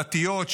דתיות,